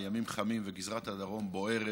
הימים חמים, וגזרת הדרום בוערת.